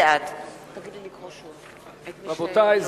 בעד רבותי,